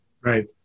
Right